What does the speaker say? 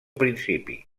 principi